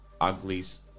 Uglies